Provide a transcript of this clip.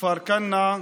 מכפר כנא,